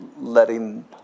letting